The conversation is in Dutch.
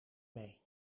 mee